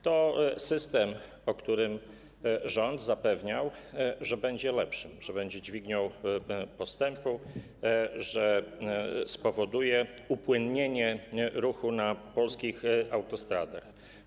To system, co do którego rząd zapewniał, że będzie lepszy, że będzie dźwignią postępu, że spowoduje upłynnienie ruchu na polskich autostradach.